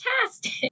fantastic